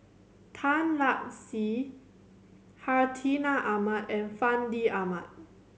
Tan Lark Sye Hartinah Ahmad and Fandi Ahmad